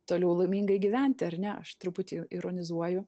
toliau laimingai gyventi ar ne aš truputį ironizuoju